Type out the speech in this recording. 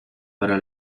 para